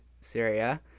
Syria